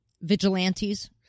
Vigilantes